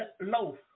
loaf